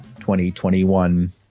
2021